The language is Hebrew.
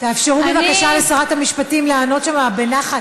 תאפשרו בבקשה לשרת המשפטים לענות בנחת.